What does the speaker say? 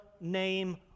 name